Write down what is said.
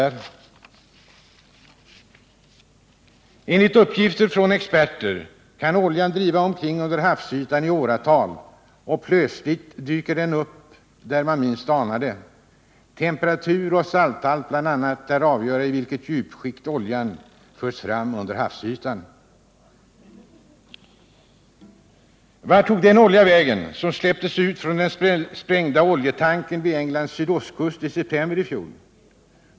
Enligt uppgifter från experter kan oljan driva omkring under havsytan i åratal, och plötsligt dyker den upp där man minst anar det. Bl. a. temperatur och salthalt lär avgöra i vilka djupskikt oljan förs fram under havsytan. Vart tog den olja vägen som släpptes ut från den sprängda oljetankern vid Englands sydostkust i fjol?